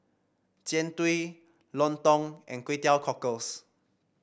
Jian Dui lontong and Kway Teow Cockles